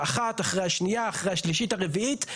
אחת אחרי השנייה אחרי השלישית והרביעית,